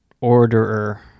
orderer